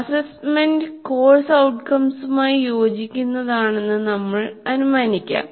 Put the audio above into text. assessment course ഔട്ട്കംസുമായി യോജിക്കുന്നതാണെന്ന് നമ്മൾ അനുമാനിക്കാം